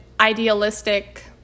idealistic